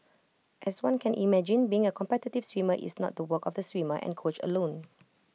as one can imagine being A competitive swimmer is not to work of the swimmer and coach alone